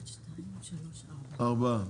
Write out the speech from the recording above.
ארבעה.